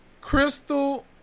Crystal